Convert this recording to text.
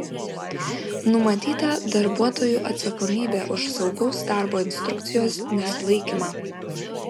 numatyta darbuotojų atsakomybė už saugaus darbo instrukcijos nesilaikymą